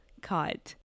cut